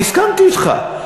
אני הסכמתי אתך.